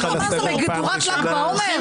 מדורת ל"ג בעומר?